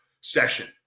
session